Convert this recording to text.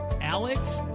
Alex